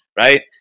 right